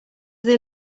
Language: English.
they